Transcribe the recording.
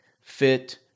fit